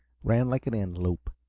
ran like an antelope.